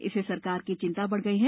इससे सरकार की चिंता बढ़ गई है